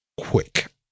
Quick